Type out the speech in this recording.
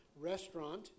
Restaurant